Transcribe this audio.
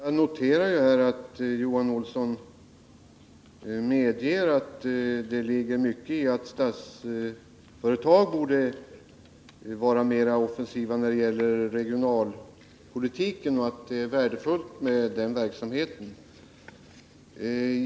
Herr talman! Jag noterar att Johan Olsson medger att det ligger mycket i att Statsföretag borde vara mer offensivt när det gäller regionalpolitiken och att den verksamheten är värdefull.